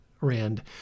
Rand